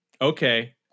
Okay